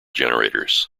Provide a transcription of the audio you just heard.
generators